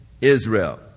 Israel